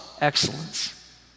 excellence